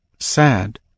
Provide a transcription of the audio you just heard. Sad